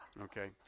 Okay